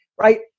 Right